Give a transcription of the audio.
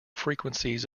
frequencies